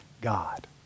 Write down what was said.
God